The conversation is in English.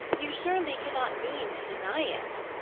you surely cannot mean to deny it?